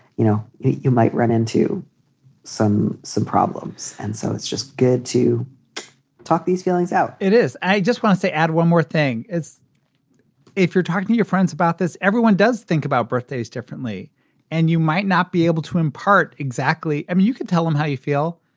you know, you might run into some some problems. problems. and so it's just good to talk these feelings out it is. i just want to add one more thing is if you're talking to your friends about this, everyone does think about birthdays differently and you might not be able to impart. exactly. i mean, you could tell him how you feel,